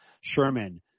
Sherman